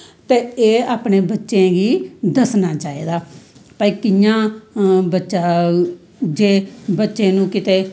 ते एह् अपने बच्चें गी दस्सना चाही दा भाई कियां बच्चा जे बच्चे नू किते